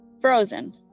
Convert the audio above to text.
frozen